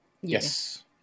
Yes